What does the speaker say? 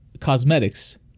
Cosmetics